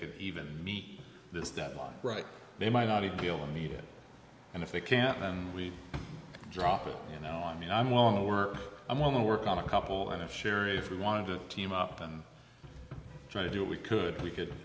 could even meet this deadline right they might not even feel needed and if they can't and we drop it you know i mean i'm willing to work i'm on the work on a couple and a share if we want to team up and try to do it we could we could